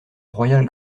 royal